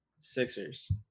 Sixers